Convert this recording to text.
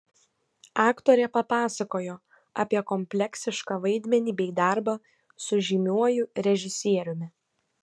aktorė papasakojo apie kompleksišką vaidmenį bei darbą su žymiuoju režisieriumi